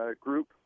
group